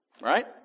Right